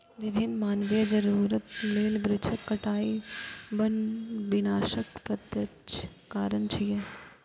विभिन्न मानवीय जरूरत लेल वृक्षक कटाइ वन विनाशक प्रत्यक्ष कारण छियै